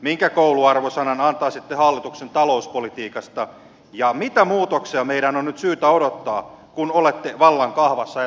minkä kouluarvosanan antaisitte hallituksen talouspolitiikasta ja mitä muutoksia meidän on nyt syytä odottaa kun olette vallan kahvassa ja toimeenne ryhtynyt